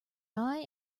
eye